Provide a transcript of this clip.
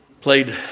Played